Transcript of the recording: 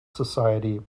society